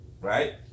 right